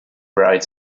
bright